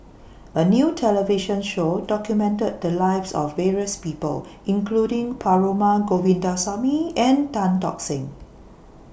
A New television Show documented The Lives of various People including Perumal Govindaswamy and Tan Tock Seng